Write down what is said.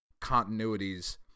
continuities